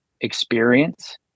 experience